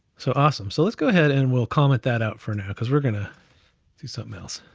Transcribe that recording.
so awesome, so let's go ahead, and we'll comment that out for now, because we're gonna do something else.